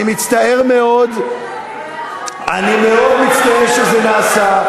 אני מאוד מצטער שנאלצתי לעשות את זה.